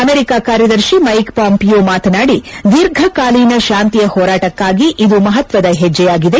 America ಕಾರ್ಯದರ್ಶಿ Mike Pompeo ಮಾತನಾಡಿ ದೀರ್ಘಕಾಲೀನ ಶಾಂತಿಯ ಹೋರಾಟಕ್ನಾಗಿ ಇದು ಮಹತ್ವದ ಹೆಜ್ಜೆಯಾಗಿದೆ